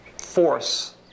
force